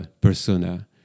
persona